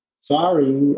Sorry